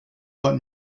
but